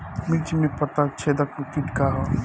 मिर्च में पता छेदक किट का है?